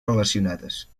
relacionades